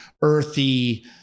earthy